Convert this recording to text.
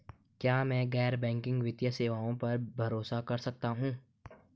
क्या मैं गैर बैंकिंग वित्तीय सेवाओं पर भरोसा कर सकता हूं?